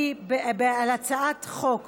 על הצעת חוק